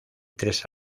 tres